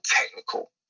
technical